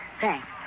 Thanks